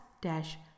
dash